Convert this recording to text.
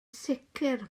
sicr